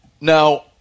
now